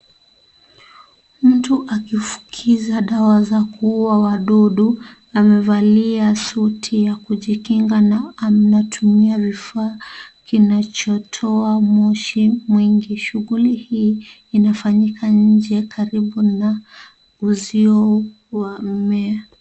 Mtu akifukiza dawa za kuuwa wadudu, amevalia suti ya kujikinga na ametumia kifaa kinachotoa moshi mwingi, shughuli hii inafanyika nje karibu na wozio wa mmea.